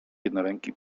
jednoręki